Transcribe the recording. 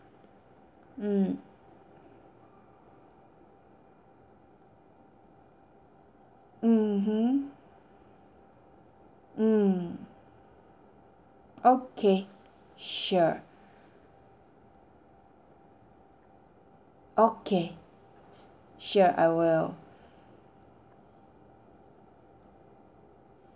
mm mmhmm mm okay sure okay sure I will